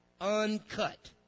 uncut